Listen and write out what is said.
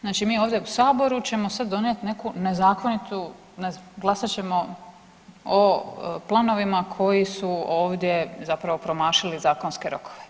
Znači mi ovdje u saboru ćemo sad donijeti neku nezakonitu, ne znam glasat ćemo o planovima koji su ovdje zapravo promašili zakonske rokove.